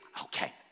okay